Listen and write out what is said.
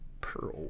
Pearl